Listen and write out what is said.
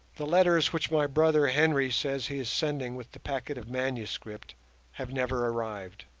the letters which my brother henry says he is sending with the packet of manuscript have never arrived,